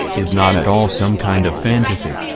is not at all some kind of fantasy.